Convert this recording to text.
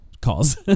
calls